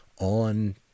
on